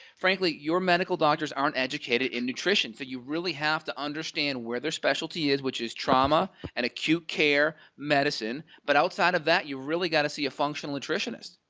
frankly your medical doctors aren't educated in nutrition so you really have to understand where their specialty is which is trauma and acute care medicine but outside of that, you really gotta see a functional nutritionist.